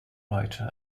writer